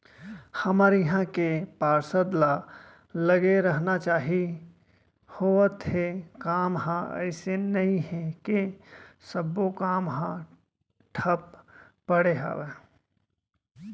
हमर इहाँ के पार्षद ल लगे रहना चाहीं होवत हे काम ह अइसे नई हे के सब्बो काम ह ठप पड़े हवय